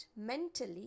mentally